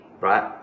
Right